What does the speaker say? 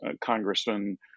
Congressman